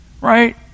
right